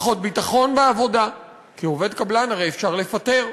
פחות ביטחון בעבודה, כי עובד קבלן הרי אפשר לפטר,